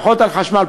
פחות על חשמל,